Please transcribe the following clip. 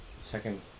Second